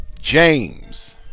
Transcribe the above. James